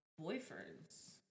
boyfriends